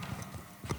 בבקשה.